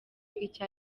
icyo